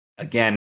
Again